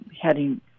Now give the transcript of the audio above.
heading